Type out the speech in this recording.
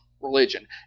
religion